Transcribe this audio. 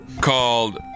called